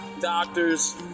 doctors